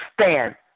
stand